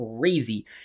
crazy